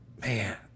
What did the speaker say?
Man